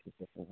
ঠিক আছে দাদা